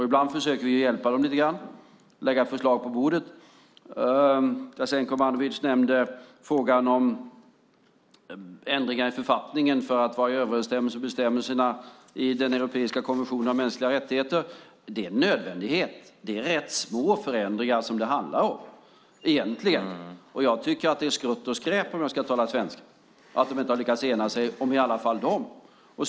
Ibland försöker vi hjälpa dem lite grann och lägga förslag på bordet. Jasenko Omanovic nämnde frågan om ändringar i författningen för att den ska vara i överensstämmelse med bestämmelserna i den europeiska konventionen om mänskliga rättigheter, och det är en nödvändighet. Det är rätt små förändringar som det handlar om egentligen, och jag tycker att det är skrutt och skräp, om jag ska vara ärlig, att de inte har lyckats enas i alla fall om dem.